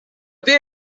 tiene